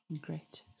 Great